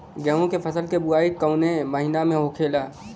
गेहूँ के फसल की बुवाई कौन हैं महीना में होखेला?